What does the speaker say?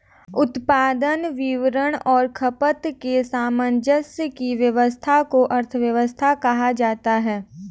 उत्पादन, वितरण और खपत के सामंजस्य की व्यस्वस्था को अर्थव्यवस्था कहा जाता है